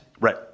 Right